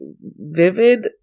vivid